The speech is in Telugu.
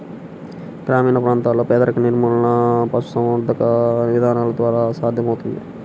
గ్రామీణ ప్రాంతాలలో పేదరిక నిర్మూలన పశుసంవర్ధక విధానాల ద్వారా సాధ్యమవుతుంది